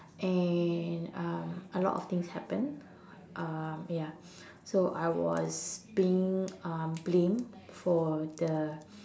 and um a lot of things happened um ya so I was being um blamed for the